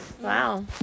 Wow